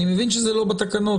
אני מבין שזה לא בתקנות,